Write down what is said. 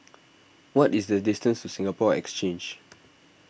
what is the distance to Singapore Exchange